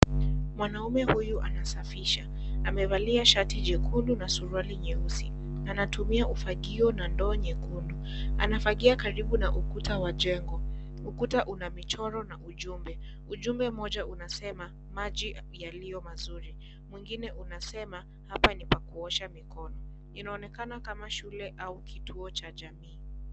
Mwanaume huyu anasafisha. amevalia shati jekundu na surali nyeusi. anatumia ufagio na ndoo nyekundu. anafagia karibu na ukuta wa jengo. Ukuta unamichoro na ujumbe. Ujumbe moja unasema maji yalio mazuri. Mwingine unasema hapa nipa kuosha mikono. Inaonekana kama shule au kituo cha jamii.